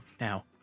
Now